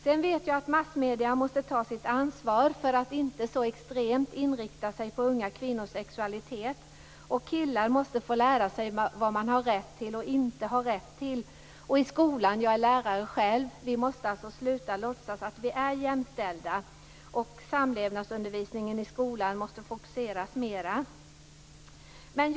Sedan vet jag att massmedierna måste ta sitt ansvar och inte så extremt inrikta sig på unga kvinnors sexualitet. Killar måste lära sig vad man har rätt och inte rätt till. I skolan måste vi - jag är lärare själv - sluta att låtsas att vi är jämställda. Samlevnadsundervisningen i skolan måste fokuseras mera. Fru talman!